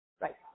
right